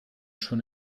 schon